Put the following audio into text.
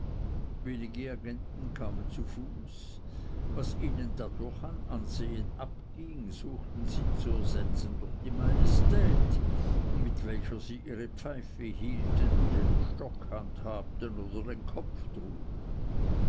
agenten kamen zu fuß was ihnen dadurch an ansehen abging suchten sie zu er setzen durch die majestät mit welcher sie ihre pfeife hielten den stock handhabten oder den kopf trugen